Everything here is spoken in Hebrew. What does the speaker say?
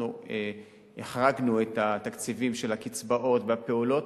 אנחנו החרגנו את התקציבים של הקצבאות והפעולות.